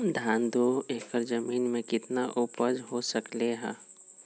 धान दो एकर जमीन में कितना उपज हो सकलेय ह?